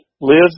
lives